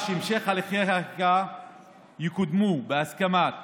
לכך שהמשך הליכי החקיקה יקודמו בהסכמת